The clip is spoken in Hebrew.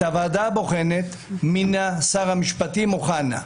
את הוועדה הבוחנת מינה שר המשפטים אוחנה,